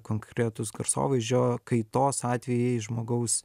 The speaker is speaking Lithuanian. konkretūs garsovaizdžio kaitos atvejai žmogaus